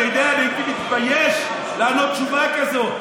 אתה יודע, אני הייתי מתבייש לענות תשובה כזאת.